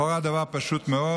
לכאורה זה דבר פשוט מאוד,